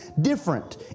different